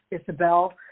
Isabel